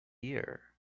year